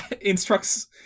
instructs